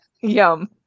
Yum